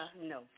No